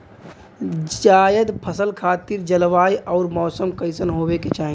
जायद फसल खातिर जलवायु अउर मौसम कइसन होवे के चाही?